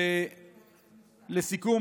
לסיכום,